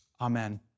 Amen